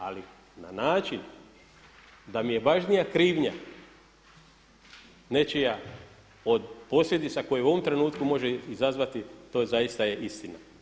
Ali na način da mi je važnija krivnja nečija od posljedica koje u ovom trenutku može izazvati to je zaista istina.